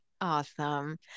Awesome